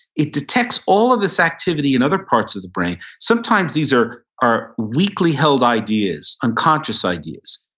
it detects all of this activity in other parts of the brain. sometimes these are are weakly held ideas, unconscious ideas.